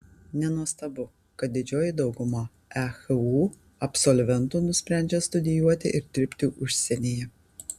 nenuostabu kad didžioji dauguma ehu absolventų nusprendžia studijuoti ir dirbti užsienyje